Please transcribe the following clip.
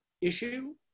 issue